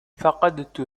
فقدت